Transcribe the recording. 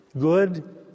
good